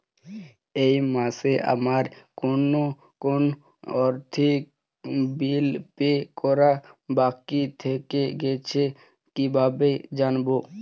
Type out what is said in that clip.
এই মাসে আমার কোন কোন আর্থিক বিল পে করা বাকী থেকে গেছে কীভাবে জানব?